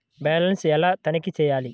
Balance ఎలా తనిఖీ చేయాలి?